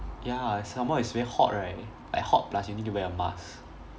ya some more it's very hot right like hot plus you need to wear a mask